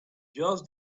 just